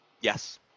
Yes